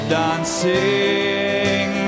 dancing